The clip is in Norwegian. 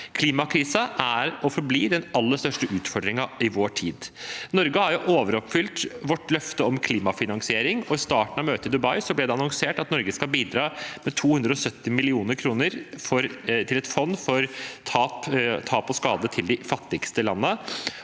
Klimakrisen er og forblir den aller største utfordringen i vår tid. Norge har overoppfylt sitt løfte om klimafinansiering, og i starten av møtet i Dubai ble det annonsert at Norge skal bidra med 270 mill. kr til et fond for tap og skade til de fattigste landene.